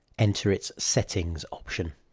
enter its settings option,